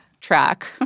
track